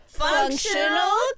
functional